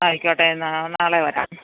ആയിക്കോട്ടെ എന്നാൽ നാളെ വരാം